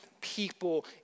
people